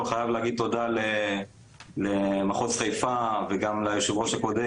חייב להגיד תודה למחוז חיפה וגם ליושב הראש הקודם,